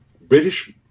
British